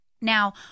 Now